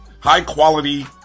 High-quality